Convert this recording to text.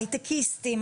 הייטקיסטים,